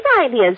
ideas